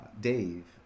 Dave